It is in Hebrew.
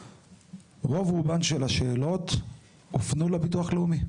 רוב רובן של השאלות הופנו לביטוח הלאומי.